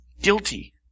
Guilty